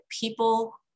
people